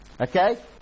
Okay